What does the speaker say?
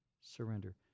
surrender